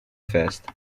festa